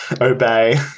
Obey